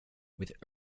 with